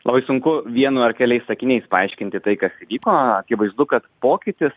labai sunku vienu ar keliais sakiniais paaiškinti tai kas įvyko akivaizdu kad pokytis